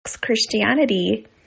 Christianity